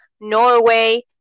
norway